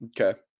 Okay